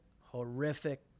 horrific